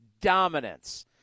dominance